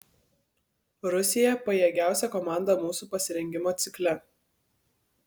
rusija pajėgiausia komanda mūsų pasirengimo cikle